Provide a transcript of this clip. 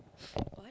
what